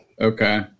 Okay